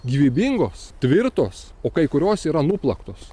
gyvybingos tvirtos o kai kurios yra nuplaktos